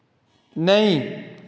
नेईं